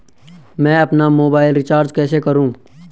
मैं अपना mobile recharge कैसे करूँ?